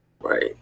Right